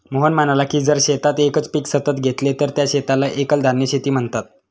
मोहन म्हणाला की जर शेतात एकच पीक सतत घेतले तर त्या शेताला एकल धान्य शेती म्हणतात